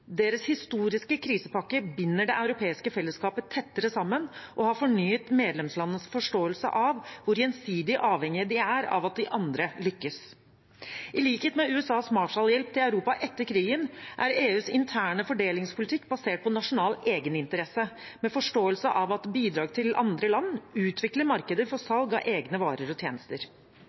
Deres historiske krisepakke binder det europeiske fellesskapet tettere sammen og har fornyet medlemslandenes forståelse av hvor gjensidig avhengige de er av at de andre lykkes. I likhet med USAs Marshallhjelp til Europa etter krigen er EUs interne fordelingspolitikk basert på nasjonal egeninteresse med forståelse av at bidrag til andre land utvikler markeder for salg av egne varer og tjenester.